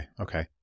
okay